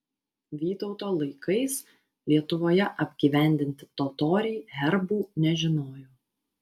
vytauto laikais lietuvoje apgyvendinti totoriai herbų nežinojo